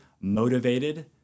motivated